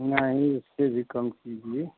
नहीं इससे भी कम कीजिए